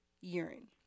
urine